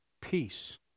peace